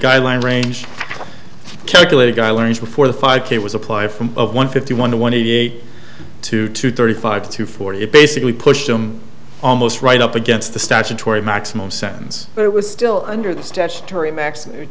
guideline range calculated guy learned before the five k was apply from one fifty one to one eighty eight to two thirty five to forty eight basically pushed him almost right up against the statutory maximum sentence but it was still under the statutory